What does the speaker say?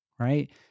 Right